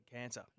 cancer